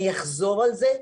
אני אחזור על זה.